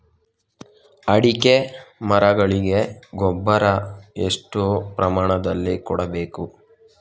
ಅಡಿಕೆ ಮರಗಳಿಗೆ ಗೊಬ್ಬರ ಎಷ್ಟು ಪ್ರಮಾಣದಲ್ಲಿ ಕೊಡಬೇಕು?